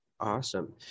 Awesome